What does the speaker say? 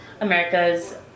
America's